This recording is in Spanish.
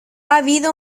habido